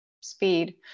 speed